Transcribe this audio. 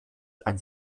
ein